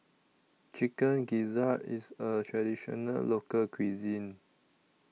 Chicken Gizzard IS A Traditional Local Cuisine